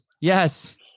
yes